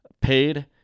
paid